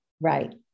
right